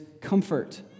comfort